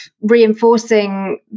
reinforcing